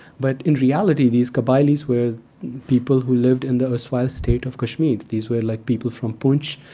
but in reality, these kabilis were people who lived in the erstwhile state of kashmir. these were like people from poonch,